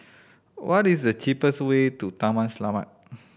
what is the cheapest way to Taman Selamat